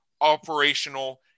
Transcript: operational